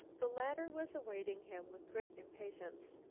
the latter was awaiting him with great impatience.